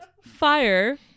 fire